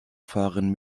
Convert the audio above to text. fahren